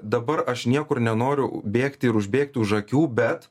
dabar aš niekur nenoriu bėgti ir užbėgti už akių bet